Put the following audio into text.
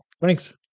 thanks